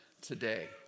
today